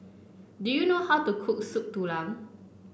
do you know how to cook Soup Tulang